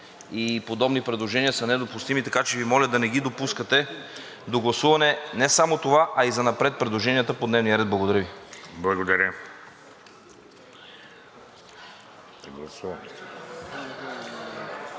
и подобни предложения са недопустими, така че Ви моля да не ги допускате до гласуване, не само това, а и занапред предложенията по дневния ред. Благодаря Ви.